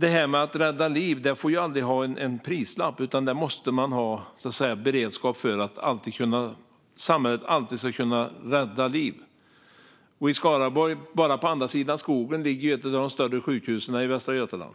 Det här med att rädda liv får aldrig ha en prislapp, utan man måste ha beredskap så att samhället alltid ska kunna rädda liv. I Skaraborg, bara på andra sidan skogen från flygplatsen, ligger ett av de större sjukhusen i Västra Götaland.